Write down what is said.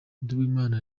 nduwimana